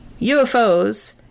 UFOs